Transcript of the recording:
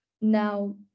Now